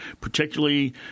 particularly